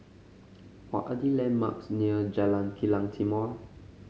what are the landmarks near Jalan Kilang Timor